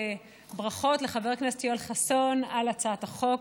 ברכות לחבר הכנסת יואל חסון על הצעת החוק.